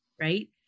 right